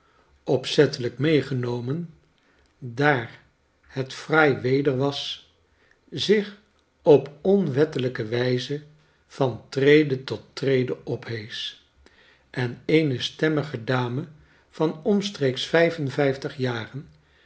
opzettelijk meegenomen daar het fraai weder was zich op onwettelijke wijze van trede tot trede opheesch en eene stemmige dame van omstreeks vijf en vijftig jaren